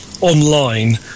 online